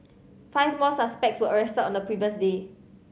five more suspects were arrested on the previous day